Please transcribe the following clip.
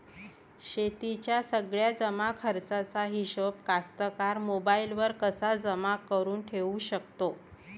शेतीच्या सगळ्या जमाखर्चाचा हिशोब कास्तकार मोबाईलवर कसा जमा करुन ठेऊ शकते?